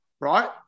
right